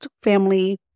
family